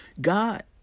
God